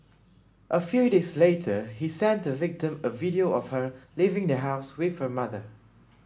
a few days later he sent the victim a video of her leaving the house with her mother